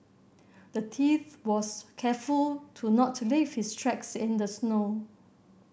the thief was careful to not leave his tracks in the snow